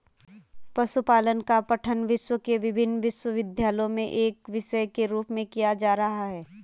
पशुपालन का पठन विश्व के विभिन्न विश्वविद्यालयों में एक विषय के रूप में किया जा रहा है